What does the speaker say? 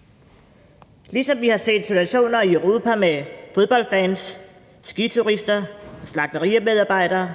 – ligesom vi har set situationer i Europa med fodboldfans, skiturister og slagterimedarbejdere.